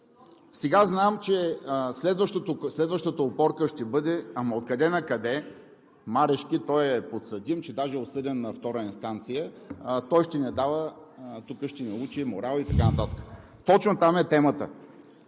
Знам, че следваща опорка ще бъде: ама откъде накъде, Марешки, той е подсъдим, че даже и осъден на втора инстанция, той ще ни учи тук на морал и така нататък. Точно там е темата.